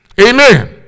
Amen